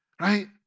Right